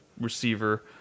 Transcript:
receiver